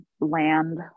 land